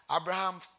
Abraham